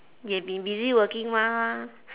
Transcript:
you have been busy working mah